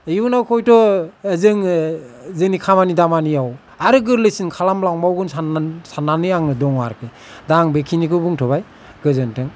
इयुनाव हयत' जोङो जोंनि खामानि दामानियाव आरो गोरलैसिन खालामलांबावगोन सान्नानै आङो दङ आरोखि दा आं बेखिनिखौ बुंथ'बाय गोजोनथों